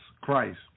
Christ